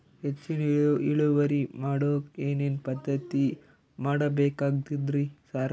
ಹೆಚ್ಚಿನ್ ಇಳುವರಿ ಮಾಡೋಕ್ ಏನ್ ಏನ್ ಪದ್ಧತಿ ಮಾಡಬೇಕಾಗ್ತದ್ರಿ ಸರ್?